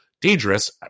dangerous